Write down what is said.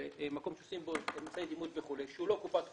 זה מקום שעושים בו --- שהוא לא קופת חולים,